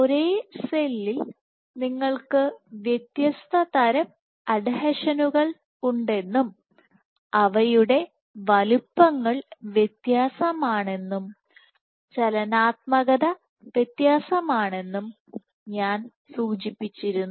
ഒരേ സെല്ലിൽ നിങ്ങൾക്ക് വ്യത്യസ്ത തരം അഡ്ഹീഷനുകൾ ഉണ്ടെന്നും അവയുടെ വലുപ്പങ്ങൾ വ്യത്യസ്തമാണെന്നും ചലനാത്മകത വ്യത്യസ്തമാണെന്നും ഞാൻ സൂചിപ്പിച്ചിരുന്നു